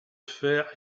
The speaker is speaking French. fer